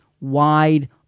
wide